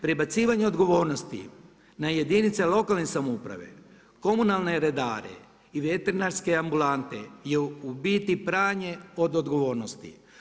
Prebacivanje odgovornosti na jedinice lokalne samouprave, komunalne redare i veterinarske ambulante je u biti pranje od odgovornosti.